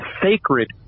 sacred